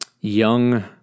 young